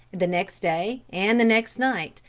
the next day and the next night,